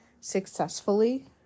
successfully